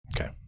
Okay